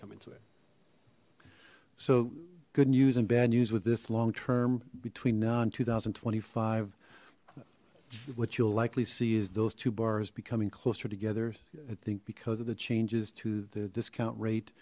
come into it so good news and bad news with this long term between now and two thousand and twenty five what you'll likely see is those two bars becoming closer together i think because of the changes to the discount rate